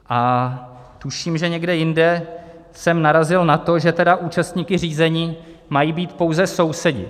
A tuším, že někde jinde jsem narazil na to, že tedy účastníky řízení mají být pouze sousedi.